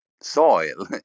soil